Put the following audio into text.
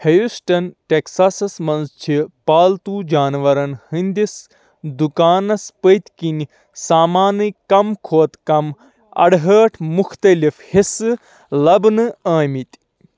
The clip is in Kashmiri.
ہیوسٹن ، ٹیکساسس منٛز چھِ پالتو جاناوارن ہٕنٛدس دُکانس پٔتۍ کِنۍ سامانٕکۍ کم کھۄتہٕ کم اَرہٲٹھ مُختٔلِف حِصہٕ لبنہِ آمٕتۍ